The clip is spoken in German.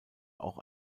auch